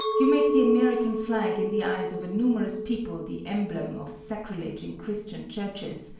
you make the american flag in the eyes of a numerous people the emblem of sacrilege in christian churches,